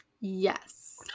Yes